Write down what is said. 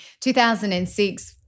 2006